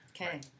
Okay